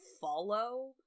follow